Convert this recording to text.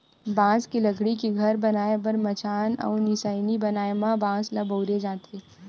बांस के लकड़ी के घर बनाए बर मचान अउ निसइनी बनाए म बांस ल बउरे जाथे